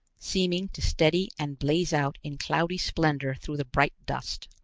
seeming to steady and blaze out in cloudy splendor through the bright dust.